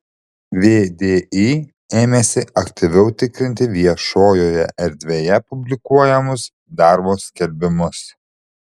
vdi ėmėsi aktyviau tikrinti viešojoje erdvėje publikuojamus darbo skelbimus